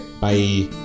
bye